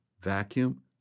vacuum